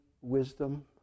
wisdom